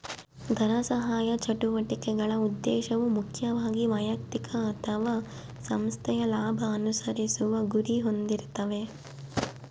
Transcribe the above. ಧನಸಹಾಯ ಚಟುವಟಿಕೆಗಳ ಉದ್ದೇಶವು ಮುಖ್ಯವಾಗಿ ವೈಯಕ್ತಿಕ ಅಥವಾ ಸಂಸ್ಥೆಯ ಲಾಭ ಅನುಸರಿಸುವ ಗುರಿ ಹೊಂದಿರ್ತಾವೆ